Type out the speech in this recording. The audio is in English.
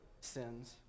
sins